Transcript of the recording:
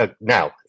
now